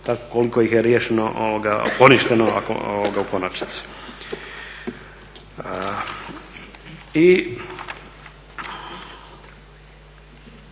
koliko ih je poništeno u konačnici.